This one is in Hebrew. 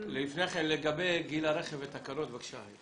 לגבי גיל הרכב והתקנות, בבקשה.